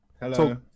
Hello